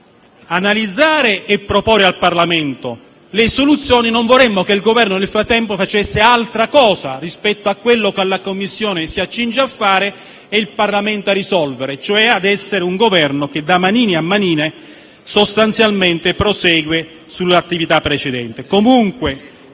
analizzare e proporre al Parlamento le soluzioni e non vorremmo che, nel frattempo, il Governo facesse altra cosa rispetto a quello che la Commissione si accinge a fare e il Parlamento a risolvere, cioè a essere un Governo che, di manina in manina, prosegue l'attività precedente.